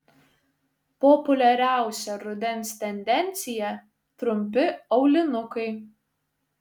populiariausia rudens tendencija trumpi aulinukai